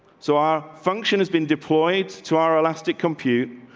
so our function has been deployed to our elastic compute.